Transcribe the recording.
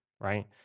right